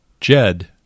Jed